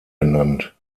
genannt